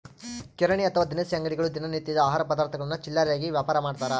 ಕಿರಾಣಿ ಅಥವಾ ದಿನಸಿ ಅಂಗಡಿಗಳು ದಿನ ನಿತ್ಯದ ಆಹಾರ ಪದಾರ್ಥಗುಳ್ನ ಚಿಲ್ಲರೆಯಾಗಿ ವ್ಯಾಪಾರಮಾಡ್ತಾರ